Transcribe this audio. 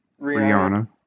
Rihanna